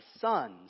sons